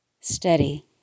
Steady